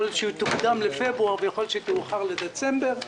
יכול להיות שהיא תוקדם לפברואר או תאוחר לדצמבר,